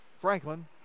Franklin